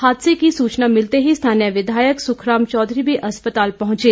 हादसे की सूचना मिलते ही स्थानीय विधायक सुखराम चौघरी भी अस्पताल पहुंचे